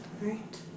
Right